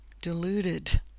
deluded